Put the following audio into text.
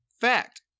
Fact